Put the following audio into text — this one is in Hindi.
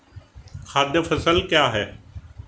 खाद्य फसल क्या है?